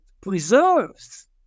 preserves